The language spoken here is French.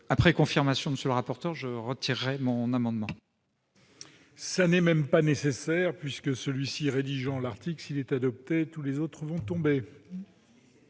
Après confirmation de M. le rapporteur, je retirerai l'amendement